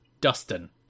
Dustin